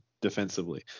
defensively